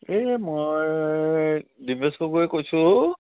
এই মই দিৱস গগৈয়ে কৈছোঁ